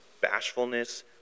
bashfulness